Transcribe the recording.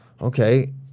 Okay